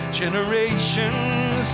generations